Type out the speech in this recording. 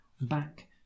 back